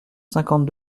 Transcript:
cinquante